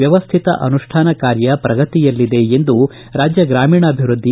ವ್ಯವಸ್ಥಿತ ಅನುಷ್ಠಾನ ಕಾರ್ಯ ಪ್ರಗತಿಯಲ್ಲಿದೆ ಎಂದು ರಾಜ್ಯ ಗ್ರಾಮೀಣಾಭಿವೃದ್ದಿ